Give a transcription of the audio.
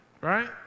right